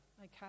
okay